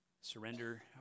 surrender